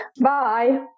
Bye